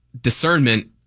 discernment